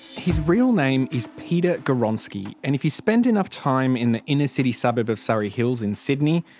his real name is peter gawronski, and if you spend enough time in the inner city suburb of surry hills, in sydney,